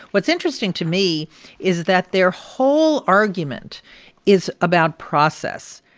what's interesting to me is that their whole argument is about process.